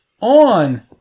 on